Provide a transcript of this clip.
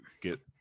get